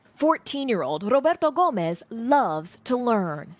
fourteen year old but but gomez loves to learn.